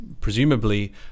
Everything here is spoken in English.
presumably